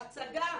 הצגה.